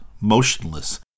motionless